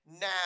now